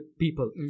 people